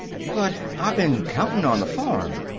but i been countin' on the farm,